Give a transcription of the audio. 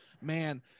man